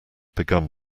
begun